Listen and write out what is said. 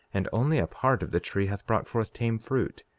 and only a part of the tree hath brought forth tame fruit,